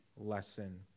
lesson